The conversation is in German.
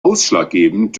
ausschlaggebend